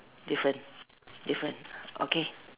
different different okay